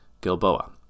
Gilboa